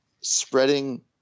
spreading